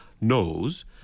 knows